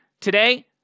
Today